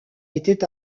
était